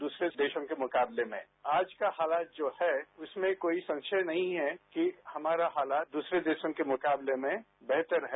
दूसरे देशों के मुकाबले में आज का हालात जो है उसमें कोई संशय नहीं है कि हमारा हालात दूसरे देशों के मुकाबले में बेहतर है